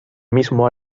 mismo